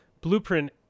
blueprint